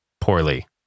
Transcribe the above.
poorly